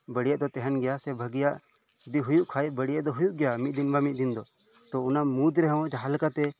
ᱵᱟᱲᱤᱡᱟᱜ ᱫᱚ ᱛᱟᱦᱮᱱ ᱜᱮᱭᱟ ᱪᱮᱫᱟᱜ ᱥᱮ ᱵᱷᱟᱜᱤᱭᱟᱜ ᱡᱩᱫᱤ ᱦᱳᱭᱳᱜ ᱠᱷᱟᱱ ᱵᱟᱲᱤᱡᱟᱜ ᱫᱚ ᱦᱳᱭᱳᱜ ᱜᱮᱭᱟ ᱢᱤᱫ ᱫᱤᱱ ᱵᱟᱝ ᱢᱤᱫ ᱫᱤᱱ ᱫᱚ ᱛᱚ ᱚᱱᱟ ᱢᱩᱫᱽ ᱨᱮᱦᱚᱸ ᱡᱟᱦᱟᱸ ᱞᱮᱠᱟᱛᱮ